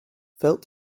felt